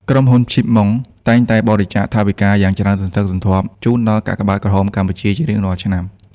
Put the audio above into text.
ក្រុមហ៊ុន ជីប ម៉ុង (Chip Mong) តែងតែបរិច្ចាគថវិកាយ៉ាងច្រើនសន្ធឹកសន្ធាប់ជូនដល់ កាកបាទក្រហមកម្ពុជា ជារៀងរាល់ឆ្នាំ។